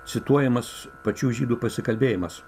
cituojamas pačių žydų pasikalbėjimas